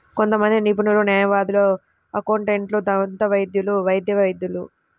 కొంతమంది నిపుణులు, న్యాయవాదులు, అకౌంటెంట్లు, దంతవైద్యులు, వైద్య వైద్యులు